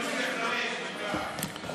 שלוש דקות, אדוני.